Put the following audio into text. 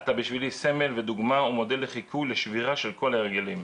אתה בשבילי סמל ודוגמה ומודל לחיקוי לשבירה של כל ההרגלים.